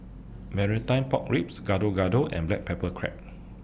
Marmite Pork Ribs Gado Gado and Black Pepper Crab